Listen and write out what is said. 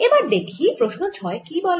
এবার দেখি প্রশ্ন 6 কি বলে